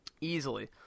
Easily